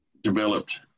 developed